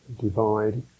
divide